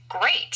great